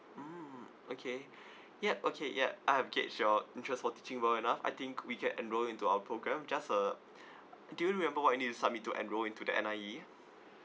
mm okay yup okay yup I have gauge your interest for teaching well enough I think we get enrol you into our program just uh do you remember what you need to submit to enrol into the N_I_E